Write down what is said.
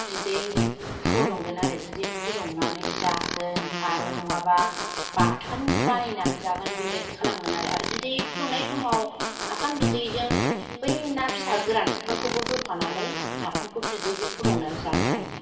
बिदै फुदुंगोन आरो बिदै फुदुंनानै जागोन आरो नङाबा बाथोन बानायनान जागोन बेबायदि खालामगोन आरो बिदै फुदुंनाय समाव नाफाम बिदैजों बै ना फिसा गोरानफोरखौबो होफानानै नाफामखौ बिदैबो फुदुंनानै जानो हायो